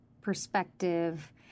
perspective